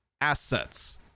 assets